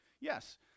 Yes